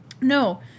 no